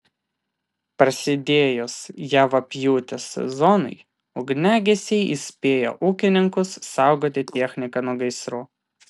prasidėjus javapjūtės sezonui ugniagesiai įspėja ūkininkus saugoti techniką nuo gaisrų